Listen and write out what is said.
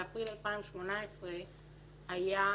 באפריל 2018 היה ה"דד-ליין".